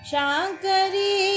Shankari